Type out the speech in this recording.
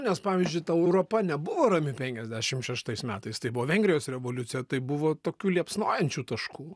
nes pavyzdžiui ta europa nebuvo rami penkiasdešim šeštais metais tai buvo vengrijos revoliucija tai buvo tokių liepsnojančių taškų